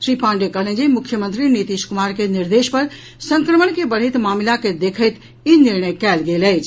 श्री पांडेय कहलनि जे मुख्यमंत्री नीतीश कुमार के निर्देश पर संक्रमण के बढ़ैत मामिला के देखैत ई निर्णय कयल गेल अछि